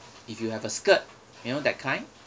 if you have a skirt you know that kind